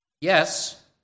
Yes